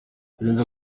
yirinze